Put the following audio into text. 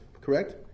correct